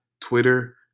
Twitter